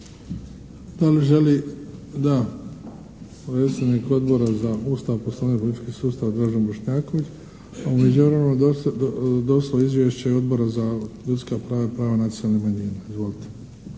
Da li želi? Da. Predstavnik Odbora za Ustav, poslovnik i politički sustav Dražen Bošnjaković. A u međuvremenu je došlo izvješće Odbora za ljudska prava i prava nacionalnih manjina. Izvolite!